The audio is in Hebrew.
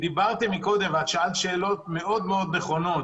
דיברתם קודם ושאלת שאלות מאוד מאוד נכונות